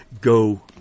go